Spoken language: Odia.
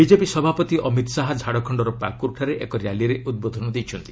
ବିଜେପି ସଭାପତି ଅମିତ ଶାହା ଝାଡ଼ଖଣ୍ଡର ପାକୁରଠାରେ ଏକ ର୍ୟାଲିରେ ଉଦ୍ବୋଧନ ଦେଇଛନ୍ତି